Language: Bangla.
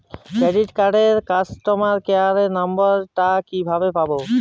ক্রেডিট কার্ডের কাস্টমার কেয়ার নম্বর টা কিভাবে পাবো?